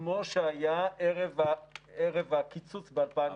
כמו שהיה ערב הקיצוץ ב-2015.